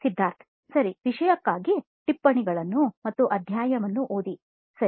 ಸಿದ್ಧಾರ್ಥ್ ಸರಿ ವಿಷಯಕ್ಕಾಗಿ ಟಿಪ್ಪಣಿಗಳನ್ನು ಮತ್ತು ಅಧ್ಯಾಯವನ್ನು ಓದಿ ಸರಿ